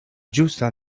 ĝusta